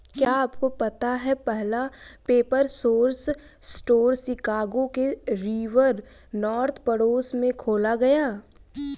क्या आपको पता है पहला पेपर सोर्स स्टोर शिकागो के रिवर नॉर्थ पड़ोस में खोला गया?